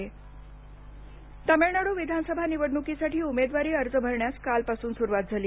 तमिळनाड विधानसभा तमिळनाडू विधानसभा निवडणुकीसाठी उमेदवारी अर्ज भरण्यास कालपासून सुरुवात झाली